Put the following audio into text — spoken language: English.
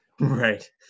Right